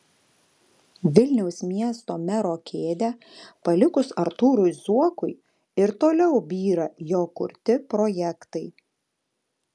vilniaus miesto mero kėdę palikus artūrui zuokui ir toliau byra jo kurti projektai